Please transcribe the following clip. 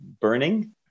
Burning